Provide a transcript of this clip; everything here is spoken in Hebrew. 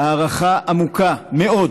הערכה עמוקה מאוד